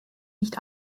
nicht